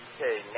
Okay